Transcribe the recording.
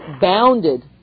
bounded